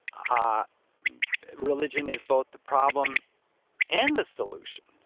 ah religion is both the problem and the solution.